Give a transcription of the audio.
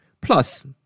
Plus